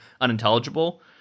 unintelligible